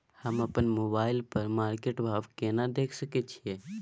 हम अपन मोबाइल पर मार्केट भाव केना देख सकै छिये?